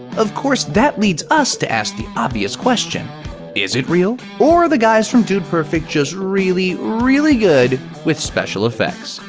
of course that leads us to ask the obvious question is it real? or are the guys from dude perfect just really, really good with special effects?